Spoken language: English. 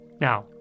Now